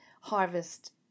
harvest